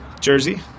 jersey